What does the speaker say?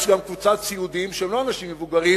יש גם קבוצת סיעודיים שהם לא אנשים מבוגרים,